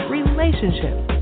relationships